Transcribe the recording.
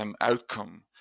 outcome